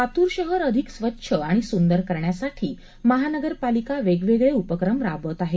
लातूर शहर अधिक स्वच्छ आणि सुंदर करण्यासाठी महानगर पालिका वेगवेगळे उपक्रम राबवत आहे